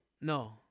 No